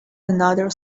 another